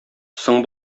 соң